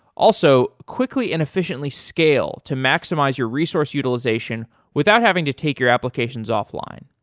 also, quickly and efficiently scale to maximize your resource utilization without having to take your applications offline.